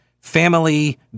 family